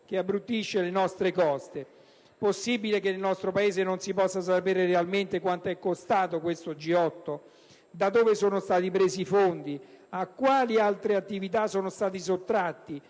che imbruttisce le nostre coste. Possibile che nel nostro Paese non si possa sapere realmente quanto ci è costato questo G8? Da dove sono stati presi i fondi? A quali altre attività sono stati sottratti?